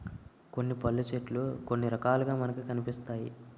కొన్ని పళ్ళు చెట్లు కొన్ని రకాలుగా మనకి కనిపిస్తాయి